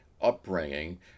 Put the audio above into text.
upbringing